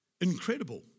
incredible